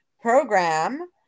program